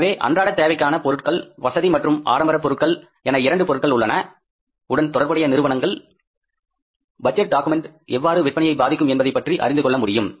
எனவே அன்றாட தேவைக்கான பொருட்கள் வசதி மற்றும் ஆடம்பரப் என இரண்டு பொருட்கள் உடன் தொடர்புடைய நிறுவனங்கள் பட்ஜெட் டாக்குமெண்ட் எவ்வாறு விற்பனையை பாதிக்கும் என்பதை பற்றி அறிந்து கொள்ள முடியும்